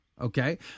Okay